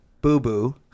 Boo-boo